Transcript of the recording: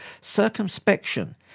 circumspection